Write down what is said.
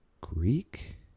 greek